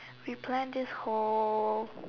we planned this whole